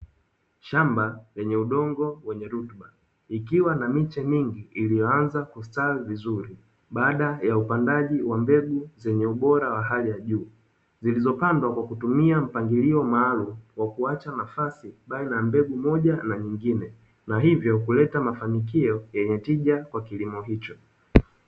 Shamba lenye udongo wenye rutuba ikiwa na miche mingi iliyoanza ustawi vizuri baada ya upandaji wa mbegu zenye ubora wa hali ya juu, zilizopandwa kwa kutumia mpangilio maalum kwa kuacha nafasi, kati ya na mbegu moja na nyingine na hivyo kuleta mafanikio yenye tija kwa kilimo hicho.